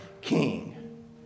king